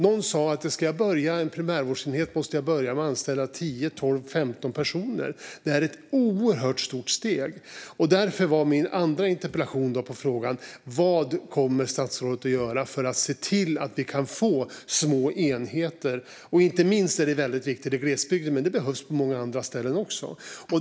Någon sa att om man ska starta en primärvårdsenhet måste man börja med att anställa 10, 12 eller 15 personer. Det är ett oerhört stort steg. Därför var frågan i min andra interpellation: Vad kommer statsrådet att göra för att se till att vi kan få små enheter? Inte minst är det väldigt viktigt i glesbygden, men det behövs på många andra ställen också.